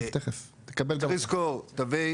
צריך לזכור: תווי